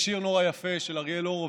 יש שיר נורא יפה של אריאל הורוביץ,